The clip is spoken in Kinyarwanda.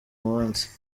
munsi